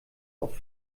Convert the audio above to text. auf